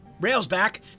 Railsback